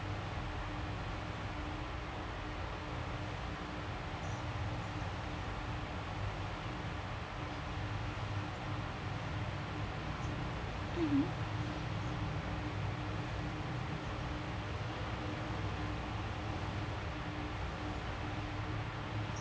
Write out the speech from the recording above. mmhmm